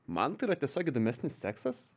man tai yra tiesiog įdomesnis seksas